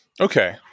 Okay